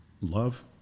love